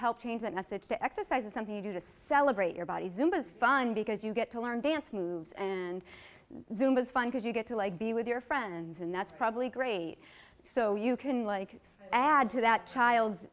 help change that message to exercise is something you do to celebrate your body zoom is fun because you get to learn dance moves and zoom is fun because you get to like be with your friends and that's probably great so you can like add to that child's